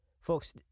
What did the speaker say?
folks